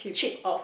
chip off